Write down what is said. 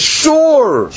sure